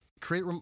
create